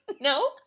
No